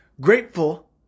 grateful